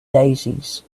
daisies